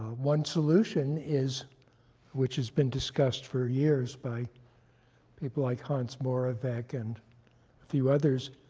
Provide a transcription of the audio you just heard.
one solution is which has been discussed for years by people like hans moravec and a few others